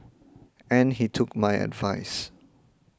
and he took my advice